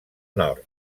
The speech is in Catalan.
nord